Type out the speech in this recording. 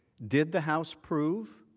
did the house proof